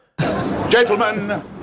Gentlemen